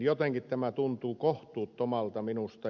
jotenkin tämä tuntuu kohtuuttomalta minusta